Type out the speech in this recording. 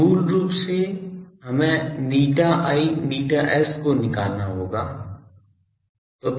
तो मूल रूप से हमें ηi ηs को निकालना होगा